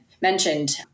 mentioned